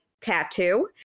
tattoo